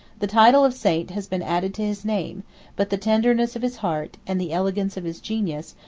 the title of saint has been added to his name but the tenderness of his heart, and the elegance of his genius,